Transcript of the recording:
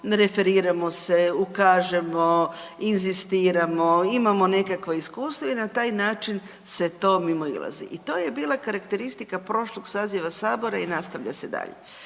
referiramo se, ukažemo, inzistiramo, imamo nekakvo iskustvo i na taj način se to mimoilazi i to je bila karakteristika prošlog saziva Sabora i nastavlja se dalje.